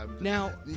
Now